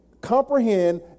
comprehend